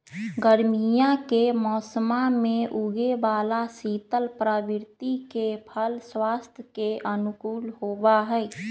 गर्मीया के मौसम्मा में उगे वाला शीतल प्रवृत्ति के फल स्वास्थ्य के अनुकूल होबा हई